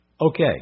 Okay